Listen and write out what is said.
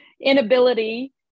inability